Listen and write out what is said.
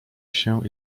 się